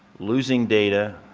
losing data,